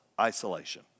isolation